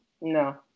No